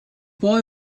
boy